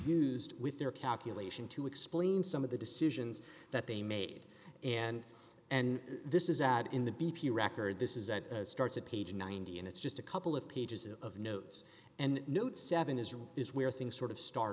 used with their calculation to explain some of the decisions that they made and and this is out in the b p record this is that starts at page ninety and it's just a couple of pages of notes and notes seven israel is where things sort of start